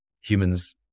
humans